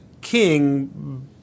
king